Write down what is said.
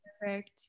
perfect